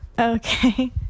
okay